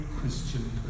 Christian